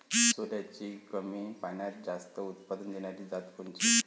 सोल्याची कमी पान्यात जास्त उत्पन्न देनारी जात कोनची?